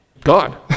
God